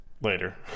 later